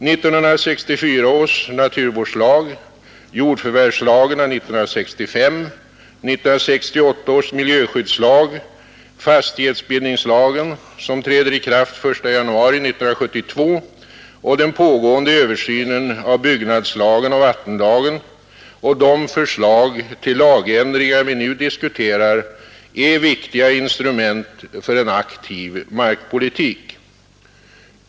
1964 års naturvårdslag, jordförvärvslagen 1965, 1968 års miljöskyddslag, fastighetsbildningslagen som träder i kraft den 1 januari 1972 och den pågående översynen av byggnadslagen och vattenlagen och de förslag till lagändringar vi nu diskuterar är viktiga instrument för en aktiv markpolitik.